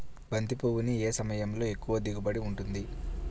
బంతి పువ్వు ఏ సమయంలో ఎక్కువ దిగుబడి ఉంటుంది?